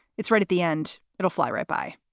it's right at the end. it'll fly right by.